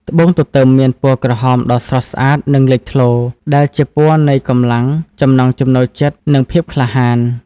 ត្បូងទទឹមមានពណ៌ក្រហមដ៏ស្រស់ស្អាតនិងលេចធ្លោ ដែលជាពណ៌នៃកម្លាំង ចំណង់ចំណូលចិត្ត និងភាពក្លាហាន។